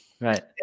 right